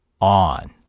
on